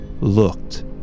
looked